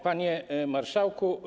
Panie Marszałku!